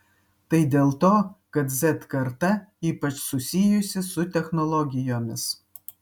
tai dėl to kad z karta ypač susijusi su technologijomis